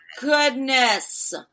goodness